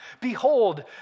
Behold